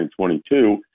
2022